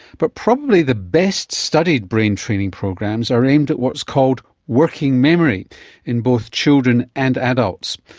but probably the best studied brain training programs are aimed at what's called working memory in both children and adults.